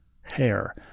hair